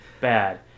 Bad